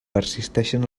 persisteixen